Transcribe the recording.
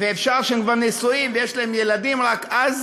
ואפשר שהם כבר נשואים ויש להם ילדים, רק אז